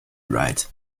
right